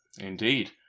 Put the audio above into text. Indeed